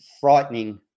frightening